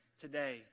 today